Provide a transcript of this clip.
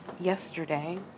yesterday